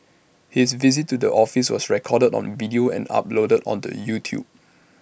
his visit to the office was recorded on video and uploaded onto YouTube